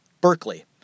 Berkeley